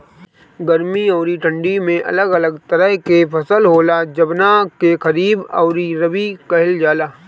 गर्मी अउरी ठंडी में अलग अलग तरह के फसल होला, जवना के खरीफ अउरी रबी कहल जला